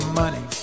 money